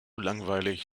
langweilig